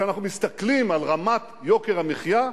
חבר הכנסת פלסנר,